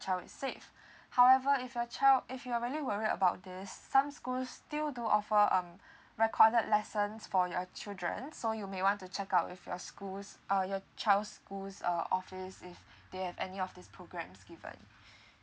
child is safe however if your child if you're really worry about this some school still do offer um recorded lessons for your children so you may want to check out with your schools uh your child's school uh office if they have any of these programs given